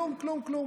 כלום, כלום, כלום.